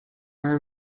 were